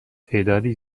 تعدادی